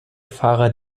fahrer